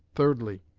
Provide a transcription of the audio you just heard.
thirdly,